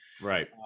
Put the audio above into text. Right